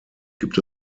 gibt